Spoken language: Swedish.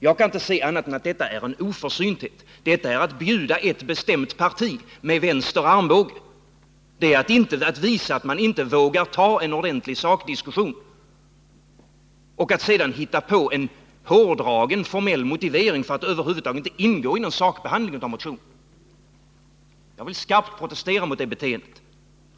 Jag kan inte finna annat än att det är en oförsynthet. Det är att bjuda ett bestämt parti med vänster armbåge. Det är också ett sätt att visa att man inte vågar ta en ordentlig sakdiskussion. Man hittar på en hårdragen, formell motivering för att över huvud taget inte ingå i någon sakbehandling av motionen. Jag vill skarpt protestera mot det beteendet.